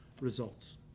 results